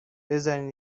بذارین